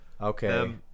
Okay